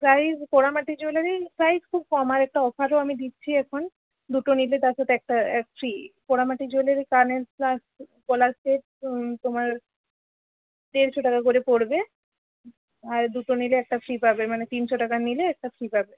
price পোড়ামাটির jewellery price খুব কম আর একটা অফারও আমি দিচ্ছি এখন দুটো নিলে তার সাথে একটা ফ্রি পোড়ামাটির জুয়েলারি কানের প্লাস গলার সেট তোমার দেড়শো টাকা করে পড়বে আর দুটো নিলে একটা ফ্রি পাবে মানে তিনশো টাকার নিলে একটা ফ্রি পাবে